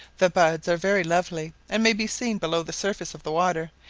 the buds are very lovely, and may be seen below the surface of the water,